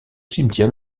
cimetière